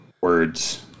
words